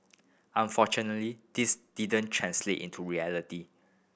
unfortunately this didn't translate into reality